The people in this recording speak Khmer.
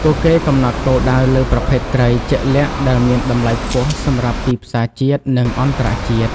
ពួកគេកំណត់គោលដៅលើ ប្រភេទត្រី ជាក់លាក់ដែលមានតម្លៃខ្ពស់សម្រាប់ទីផ្សារជាតិ និងអន្តរជាតិ។